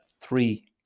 three